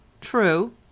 true